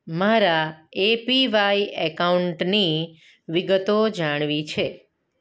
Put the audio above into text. મારા A P Y એકાઉન્ટની વિગતો જાણવી છે